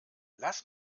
lass